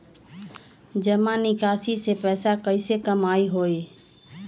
जमा निकासी से पैसा कईसे कमाई होई?